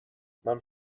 mam